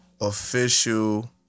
official